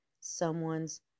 someone's